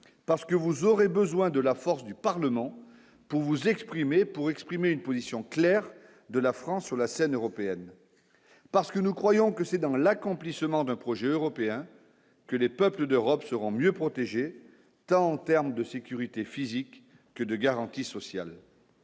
parce que vous aurez besoin de la force du Parlement pour vous exprimer pour exprimer une position claire de la France sur la scène européenne parce que nous croyons que c'est dans l'accomplissement d'un projet européen que les peuples d'Europe seront mieux protégés tant termes de sécurité physique que de garanties sociales.